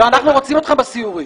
אנחנו רוצים אתכם בסיורים.